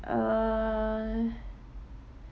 uh